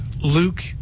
Luke